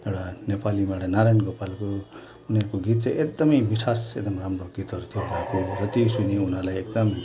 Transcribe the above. एउटा नेपालीमा नारायण गोपालको उनीहरूको गीत चाहिँ एकदम मिठास एकदम राम्रो गीतहरू थियो त्यो सुनी उनीहरूलाई एकदम